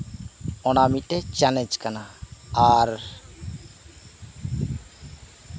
ᱚᱱᱟ ᱢᱤᱫᱴᱮᱡ ᱪᱮᱞᱮᱧᱡ ᱠᱟᱱᱟ ᱟᱨ